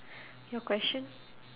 your question